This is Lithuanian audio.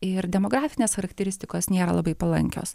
ir demografinės charakteristikos nėra labai palankios